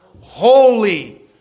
Holy